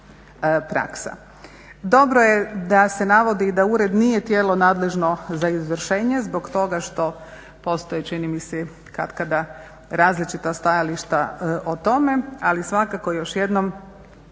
Dobro je da se navodi da Ured nije tijelo nadležno za izvršenje zbog toga što postoje čini mi se katkada različita stajališta o tome. Ali svakako još jednom